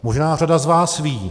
Možná řada z vás ví.